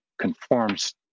conforms